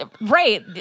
Right